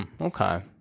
okay